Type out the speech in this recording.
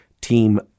team